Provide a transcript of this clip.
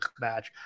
match